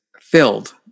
filled